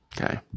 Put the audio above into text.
Okay